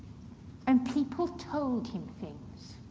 and people told him things.